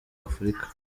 afurika